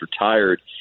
retired